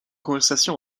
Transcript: conversation